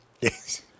yes